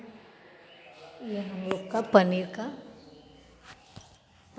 यह हम लोग का पनीर का